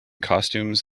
costumes